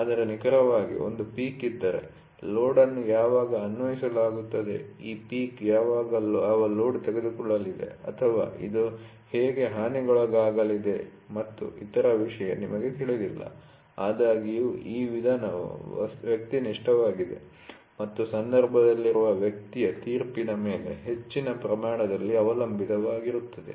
ಆದರೆ ನಿಖರವಾಗಿ ಒಂದು ಪೀಕ್ ಇದ್ದರೆ ಲೋಡ್ ಅನ್ನು ಯಾವಾಗ ಅನ್ವಯಿಸಲಾಗುತ್ತದೆ ಈ ಪೀಕ್ ಯಾವ ಲೋಡ್ ತೆಗೆದುಕೊಳ್ಳಲಿದೆ ಅಥವಾ ಇದು ಹೇಗೆ ಹಾನಿಗೊಳಗಾಗಲಿದೆ ಮತ್ತು ಇತರ ವಿಷಯ ನಿಮಗೆ ತಿಳಿದಿಲ್ಲ ಆದಾಗ್ಯೂ ಈ ವಿಧಾನವು ವ್ಯಕ್ತಿನಿಷ್ಠವಾಗಿದೆ ಮತ್ತು ಸಂಪರ್ಕದಲ್ಲಿರುವ ವ್ಯಕ್ತಿಯ ತೀರ್ಪಿನ ಮೇಲೆ ಹೆಚ್ಚಿನ ಪ್ರಮಾಣದಲ್ಲಿ ಅವಲಂಬಿತವಾಗಿರುತ್ತದೆ